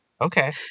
Okay